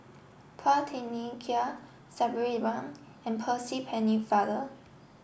Phua Thin Kiay Sabri Buang and Percy Pennefather